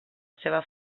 seva